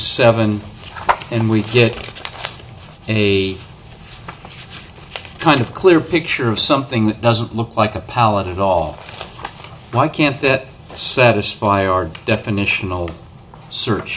seven and we get a kind of clear picture of something that doesn't look like a palette at all why can't that satisfy our definitional search